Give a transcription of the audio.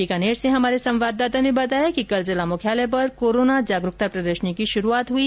बीकानेर से हमारे संवाददाता ने बताया कि कल जिला मुख्यालय पर कोरोना जागरूकता प्रदर्शनी की शुरूआत हुई